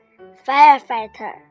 firefighter